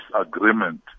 agreement